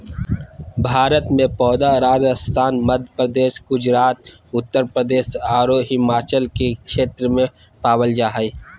भारत में पौधा राजस्थान, मध्यप्रदेश, गुजरात, उत्तरप्रदेश आरो हिमालय के क्षेत्र में पावल जा हई